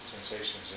sensations